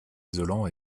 isolant